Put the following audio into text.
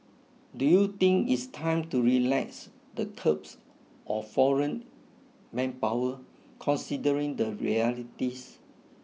do you think it's time to relax the curbs on foreign manpower considering the realities